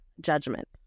judgment